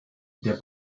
der